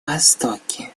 востоке